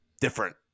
different